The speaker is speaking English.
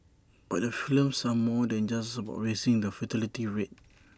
but the films are more than just about raising the fertility rate